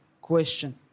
question